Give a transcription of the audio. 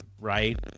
right